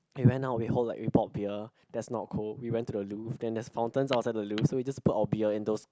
we went out we hold like we bought beer that's not cold we went to the Louvre then there's fountains outside the Louvre so we just put our beers in those